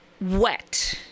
Wet